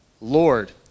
Lord